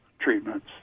treatments